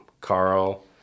Carl